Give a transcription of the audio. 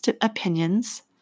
opinions